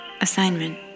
Assignment